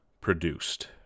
produced